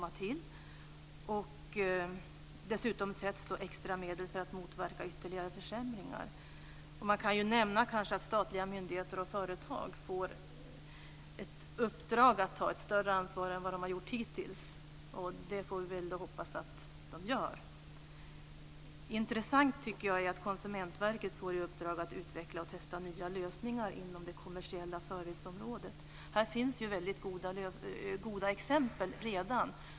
Dessutom sätts extra medel in för att motverka ytterligare försämringar. Man kan kanske nämna att statliga myndigheter och företag får i uppdrag att ta ett större ansvar än vad de hittills har gjort. Vi får hoppas att de också gör detta. Jag tycker att det är intressant att Konsumentverket får i uppdrag att utveckla och testa nya lösningar inom det kommersiella serviceområdet. Det finns där redan väldigt goda exempel.